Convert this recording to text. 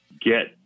get